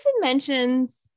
mentions